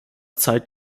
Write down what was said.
zeit